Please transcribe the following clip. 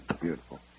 Beautiful